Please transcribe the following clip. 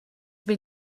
been